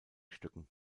stücken